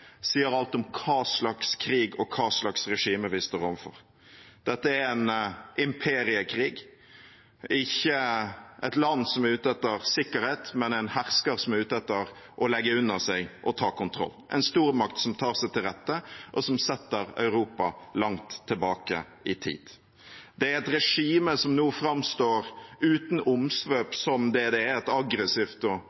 sier alt om hva slags krig og hva slags regime vi står overfor. Dette er en imperiekrig. Det er ikke et land som er ute etter sikkerhet, men en hersker som er ute etter å legge under seg og ta kontroll – en stormakt som tar seg til rette, og som setter Europa langt tilbake i tid. Det er et regime som uten